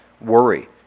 worry